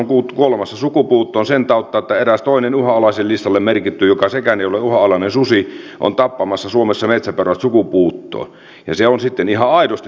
se on kuolemassa sukupuuttoon sen tautta että eräs toinen uhanalaisten listalle merkitty joka sekään ei ole uhanalainen susi on tappamassa suomessa metsäpeurat sukupuuttoon ja se on sitten ihan aidosti sukupuutto